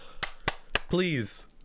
please